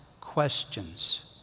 questions